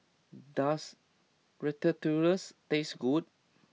does Ratatouille's taste good